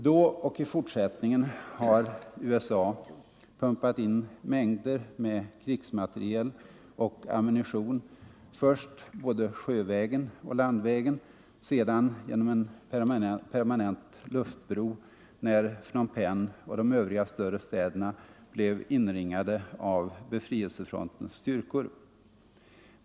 Då och i fortsättningen = förbindelser med har USA pumpat in mängder med krigsmateriel och ammunition, först — vissa regeringar både sjövägen och landvägen, sedan genom en permanent luftbro, när Phnom Penh och de övriga större städerna blev inringade av befrielsefrontens styrkor.